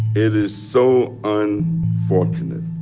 it is so and unfortunate